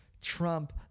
trump